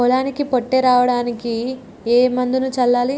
పొలానికి పొట్ట రావడానికి ఏ మందును చల్లాలి?